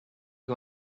you